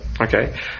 Okay